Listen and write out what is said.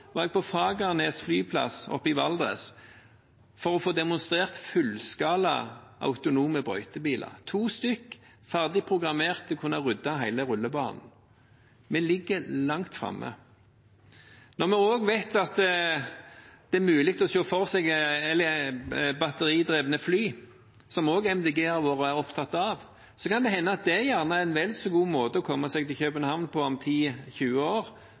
var jeg på Fagernes flyplass i Valdres for å få demonstrert fullskala autonome brøytebiler – to stykker, ferdig programmert til å kunne rydde hele rullebanen. Vi ligger langt framme. Når vi også vet at det er mulig å se for seg batteridrevne fly, som også Miljøpartiet De Grønne har vært opptatt av, kan det hende at det gjerne er en vel så god måte å komme seg til København på om 10–20 år